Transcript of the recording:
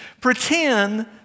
Pretend